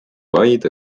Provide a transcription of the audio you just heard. vaid